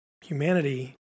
humanity